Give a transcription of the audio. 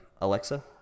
Alexa